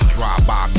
Drive-by